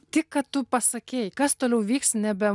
tik kad tu pasakei kas toliau vyks nebe